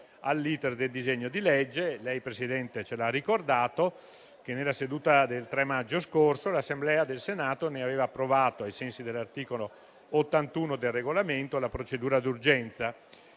all'*iter* del disegno di legge, lei, signor Presidente, ha ricordato che, nella seduta del 3 maggio scorso, l'Assemblea del Senato ne aveva approvato, ai sensi dell'articolo 81 del Regolamento, la procedura d'urgenza.